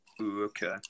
Okay